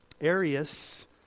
Arius